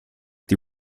die